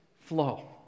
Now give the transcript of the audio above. flow